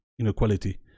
inequality